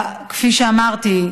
כפי שאמרתי,